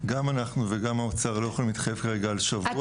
גם אנחנו וגם האוצר לא יכולים להתחייב כרגע על שבוע.